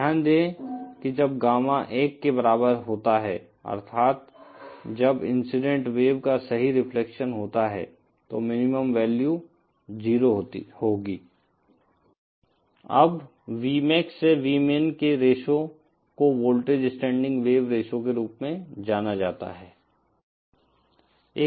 ध्यान दें कि जब गामा 1 के बराबर होता है अर्थात जब इंसिडेंट वेव का सही रिफ्लेक्शन होता है तो मिनिमम वैल्यू 0 होगी अब Vmax से Vmin के रेश्यो को वोल्टेज स्टैंडिंग वेव रेश्यो के रूप में जाना जाता है